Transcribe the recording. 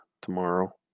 tomorrow